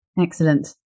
Excellent